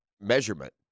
measurement